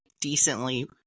decently